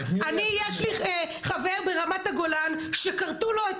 אני יש לי חבר ברמת הגולן שכרתו לו את